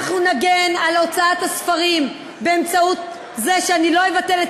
אנחנו נגן על הוצאת הספרים באמצעות זה שאני לא אבטל את